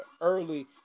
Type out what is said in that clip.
early